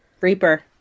Reaper